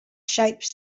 shapes